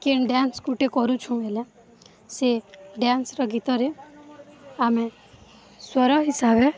କେନ୍ dance ଗୁଟେ କରୁଛୁଁ ହେଲେ ସେ ଡ଼୍ୟାନ୍ସର ଗୀତରେ ଆମେ ସ୍ୱର ହିସାବେ